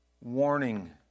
warning